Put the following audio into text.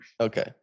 Okay